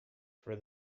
for